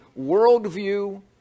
worldview